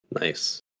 nice